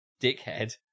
dickhead